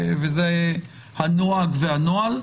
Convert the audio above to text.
וזה הנוהג והנוהל.